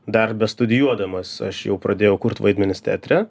dar bestudijuodamas aš jau pradėjau kurt vaidmenis teatre